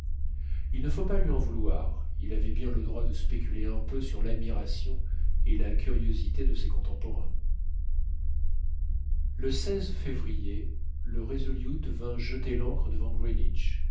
il ne faut pas lui en vouloir il avait bien le droit de spéculer un peu sur l'admiration et la curiosité de ses contemporains le février le resolute vint jeter l'ancre devant greenwich